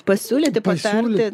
pasiūlyti patarti